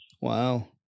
Wow